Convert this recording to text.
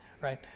right